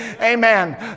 Amen